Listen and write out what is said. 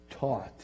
taught